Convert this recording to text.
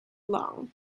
long